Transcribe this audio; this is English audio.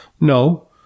no